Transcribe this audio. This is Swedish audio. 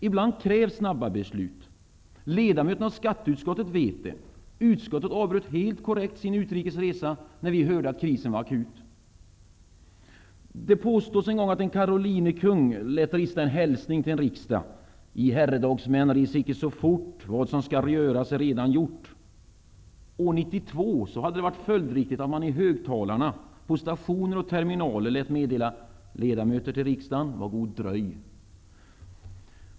Ibland krävs snabba beslut. Ledamöterna av skatteutskottet vet det. Utskottet avbröt helt korrekt sin utrikes resa när vi hörde att krisen var akut. Det påstås att en karolinerkung en gång lät rista en hälsning till den tidens riksdag: ''I herredagsmän res icke så fort, vad som skall göras är redan gjort.'' År 1992 hade det varit följdriktigt att man i högtalarna på stationer och terminaler låtit meddela: ''Ledamöter till riksdagen, var god dröj!''